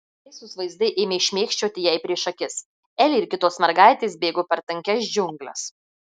baisūs vaizdai ėmė šmėkščioti jai prieš akis elė ir kitos mergaitės bėgo per tankias džiungles